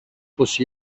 πως